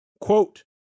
Quote